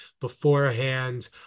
beforehand